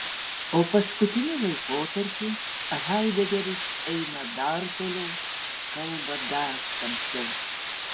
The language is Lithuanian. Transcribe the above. o paskutiniu laikotarpiu haidegeris eina dar toliau kalba dar tamsiau